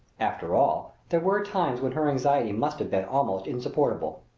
after all, there were times when her anxiety must have been almost insupportable.